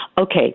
Okay